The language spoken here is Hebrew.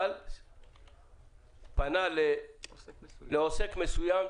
אבל פנה לעוסק מסוים,